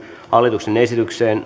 hallituksen esitykseen